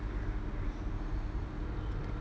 மூணாவது:moonavathu wish